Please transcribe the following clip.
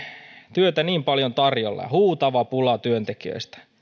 työtä niin paljon tarjolla huutava pula työntekijöistä